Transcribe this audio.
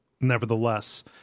nevertheless